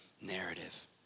narrative